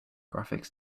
graphics